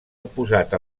oposat